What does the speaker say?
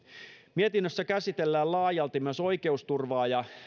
mietinnössä käsitellään laajalti myös oikeusturvaa ja